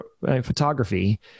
photography